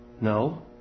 No